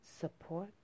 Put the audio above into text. support